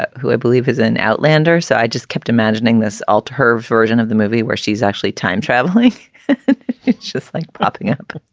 ah who i believe has an outlander, so i just kept imagining this alter her version of the movie where she's actually time-travel like it's just like propping up